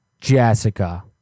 Jessica